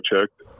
checked